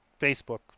Facebook